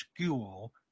school